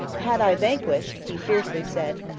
had i vanquished, he fiercely said,